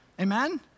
Amen